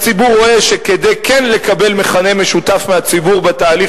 הציבור רואה שכדי כן לקבל מכנה משותף מהציבור בתהליך